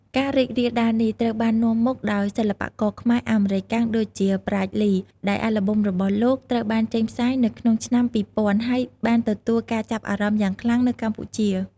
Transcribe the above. ការរីករាលដាលនេះត្រូវបាននាំមុខដោយសិល្បករខ្មែរ-អាមេរិកាំងដូចជា ប្រាជ្ញ លី ដែលអាល់ប៊ុមរបស់លោក ត្រូវបានចេញផ្សាយនៅក្នុងឆ្នាំ ២០០០ហើយបានទទួលការចាប់អារម្មណ៍យ៉ាងខ្លាំងនៅកម្ពុជា។